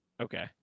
Okay